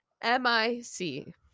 M-I-C